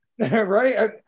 right